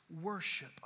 worship